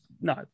no